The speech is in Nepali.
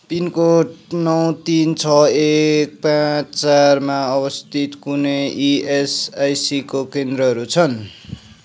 पिनकोड नौ तिन छ एक पाचँ चारमा अवस्थित कुनै इएसआइसीको केन्द्रहरू छन्